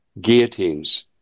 Guillotines